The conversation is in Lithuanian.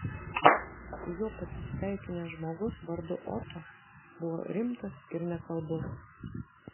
su juo pasisveikinęs žmogus vardu oto buvo rimtas ir nekalbus